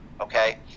okay